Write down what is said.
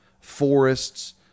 forests